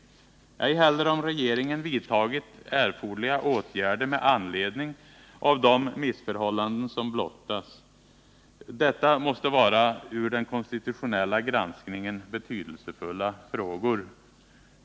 Ej heller tar utskottet ställning till om regeringen vidtagit erforderliga åtgärder med anledning av de missförhållanden som blottats. Detta måste anses vara med avseende på den konstitutionella granskningen betydelsefulla frågor.